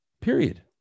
Period